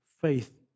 faith